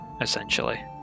essentially